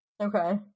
Okay